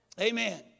Amen